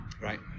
Right